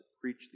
preach